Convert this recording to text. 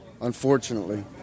unfortunately